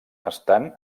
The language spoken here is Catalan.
estan